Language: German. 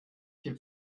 viel